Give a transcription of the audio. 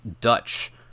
dutch